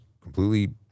completely